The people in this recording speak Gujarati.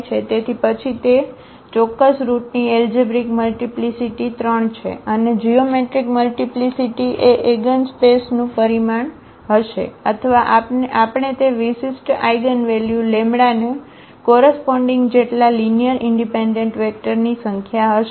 તેથી પછી તે તે ચોક્કસ રુટની એલજેબ્રિક મલ્ટીપ્લીસીટી 3 છે અને જીઓમેટ્રિક મલ્ટીપ્લીસીટી એ એઇગનસ્પેસનું પરિમાણ હશે અથવા આપણે તે વિશિષ્ટ આઇગનવેલ્યુ λ ને કોરસપોન્ડીગ જેટલા લીનીઅરઇનડિપેન્ડન્ટ વેક્ટરની સંખ્યા હશે